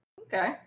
Okay